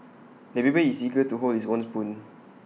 the baby is eager to hold his own spoon